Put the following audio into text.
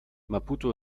maputo